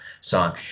song